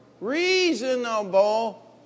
reasonable